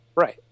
Right